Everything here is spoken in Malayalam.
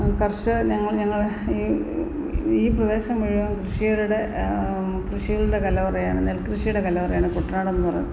കർഷകർ ഞങ്ങൾ ഞങ്ങളുടെ ഈ ഈ പ്രദേശം മുഴുവൻ കൃഷികളുടെ കൃഷിയുടെ കലവറയാണ് നെൽക്കൃഷിയുടെ കലവറയാണ് കുട്ടനാടെന്ന് പറയുന്നത്